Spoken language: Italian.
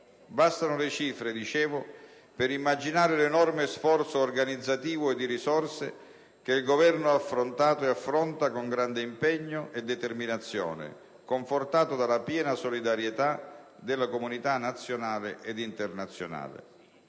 Bastano le cifre - dicevo - per immaginare l'enorme sforzo organizzativo e di risorse che il Governo ha affrontato e affronta con grande impegno e determinazione, confortato dalla piena solidarietà della comunità nazionale e internazionale.